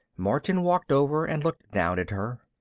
martin walked over and looked down at her.